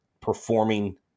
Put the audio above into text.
performing